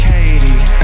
Katie